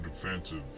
defensive